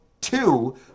two